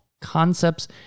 concepts